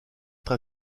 être